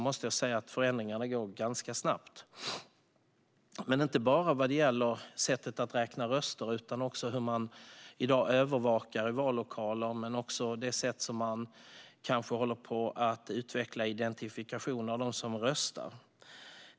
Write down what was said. Det gäller inte bara sättet att räkna röster utan också hur man i dag övervakar i vallokaler samt sättet på vilket man håller på att utveckla identifikation av dem som röstar.